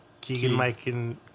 Keegan-Michael